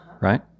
right